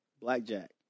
Blackjack